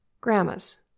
grandmas